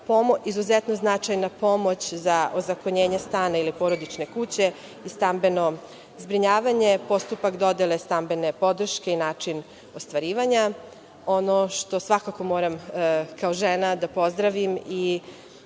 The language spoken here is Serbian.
izuzetno značajna pomoć za ozakonjenje stana ili porodične kuće i stambeno zbrinjavanje, postupak dodele stambene podrške i način ostvarivanja. Ono što svakako moram kao žena da pozdravim